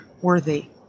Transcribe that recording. worthy